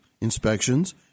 inspections